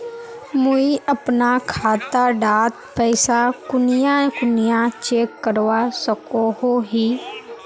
मुई अपना खाता डात पैसा कुनियाँ कुनियाँ चेक करवा सकोहो ही?